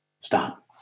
Stop